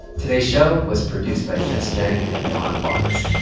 today's show was produced by jess jiang and autumn barnes.